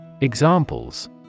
Examples